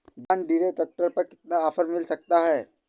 John Deere tractor पर कितना offer मिल सकता है?